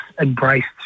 embraced